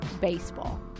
baseball